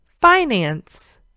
finance